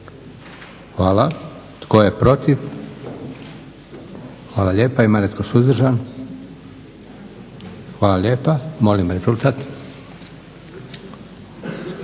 Hvala. Tko je protiv? Hvala lijepa. Ima li netko suzdržan? Hvala lijepa. Molim rezultat.